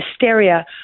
hysteria